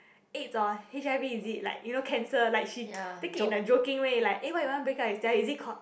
AIDS or h_i_v is it like you know cancer like she take it in a joking way like eh why you want to break up with jia wei is it